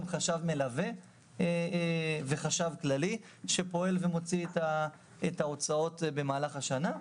חשב מלווה וחשב כללי שפועל ומוציא את ההוצאות במהלך השנה.